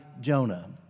Jonah